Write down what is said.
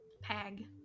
Pag